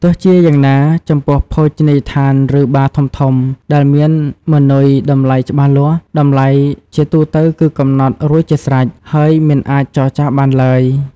ទោះជាយ៉ាងណា ចំពោះភោជនីយដ្ឋាន ឬបារធំៗ ដែលមានម៉ឺនុយតម្លៃច្បាស់លាស់ តម្លៃជាទូទៅគឺកំណត់រួចជាស្រេច ហើយមិនអាចចរចាបានឡើយ។